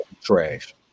Trash